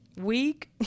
week